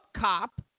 cop